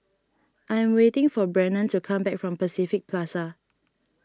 I am waiting for Brennon to come back from Pacific Plaza